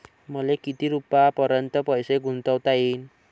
मले किती रुपयापर्यंत पैसा गुंतवता येईन?